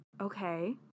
Okay